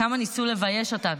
כמה ניסו לבייש אותנו.